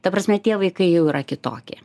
ta prasme tie vaikai jau yra kitokie